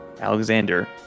Alexander